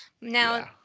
Now